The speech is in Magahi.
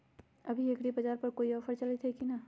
अभी एग्रीबाजार पर कोई ऑफर चलतई हई की न?